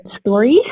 stories